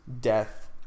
death